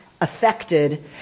affected